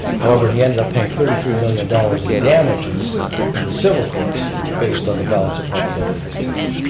however, he ended up paying thirty three million dollars in damages in the civil courts based on the balance of probabilities test.